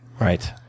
Right